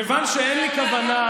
כיוון שאין לי כוונה,